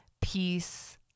peace